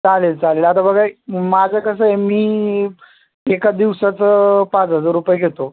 चालेल चालेल आता बघा माझं कसं आहे मी एका दिवसाचं पाच हजार रुपये घेतो